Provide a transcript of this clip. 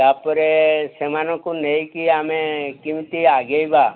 ତା'ପରେ ସେମାନଙ୍କୁ ନେଇକି ଆମେ କେମିତି ଆଗେଇବା